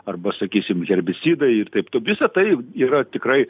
arba sakysim herbicidai ir taip to visa tai yra tikrai